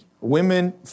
Women